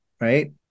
right